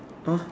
ah